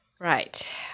right